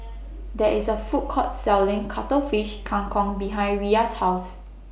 There IS A Food Court Selling Cuttlefish Kang Kong behind Riya's House